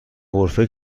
غرفه